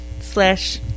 slash